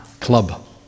Club